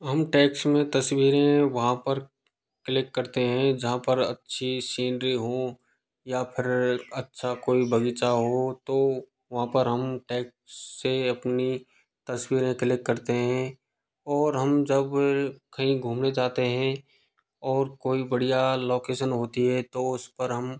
हम टैक्स में तस्वीरें वहाँ पर क्लिक करते हैं जहाँ पर अच्छी सीनरी हो या फिर अच्छा कोई बग़ीचा हो तो वहाँ पर हम टैक्स से अपनी तस्वीरें क्लिक करते हैं और हम जब कहीं घूमने जाते हैं और कोई बढ़िया लोकेशन होती है तो उस पर हम